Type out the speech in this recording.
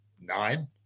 nine